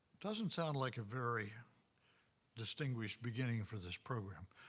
doesn't sound like a very distinguished beginning for this program.